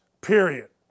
period